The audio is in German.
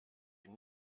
ihn